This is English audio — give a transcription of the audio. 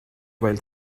while